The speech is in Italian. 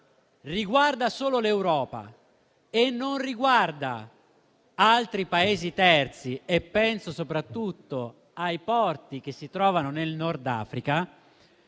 riguarda solo l'Europa e non altri Paesi terzi - penso soprattutto ai porti che si trovano nel Nord Africa